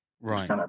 Right